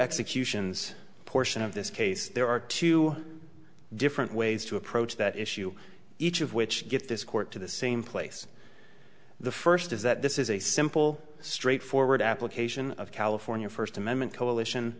executions portion of this case there are two different ways to approach that issue each of which get this court to the same place the first is that this is a simple straightforward application of california first amendment coalition